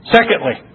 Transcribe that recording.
Secondly